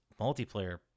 multiplayer